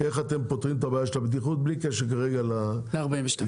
איך אתם פותרים את הבעיה של הבטיחות בלי קשר לתקנה 42,